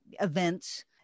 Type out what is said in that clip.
events